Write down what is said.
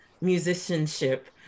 musicianship